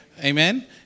Amen